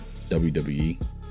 WWE